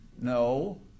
No